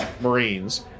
Marines